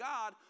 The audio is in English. God